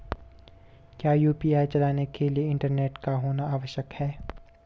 क्या यु.पी.आई चलाने के लिए इंटरनेट का होना आवश्यक है?